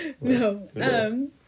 No